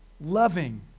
loving